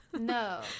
No